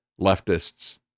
leftists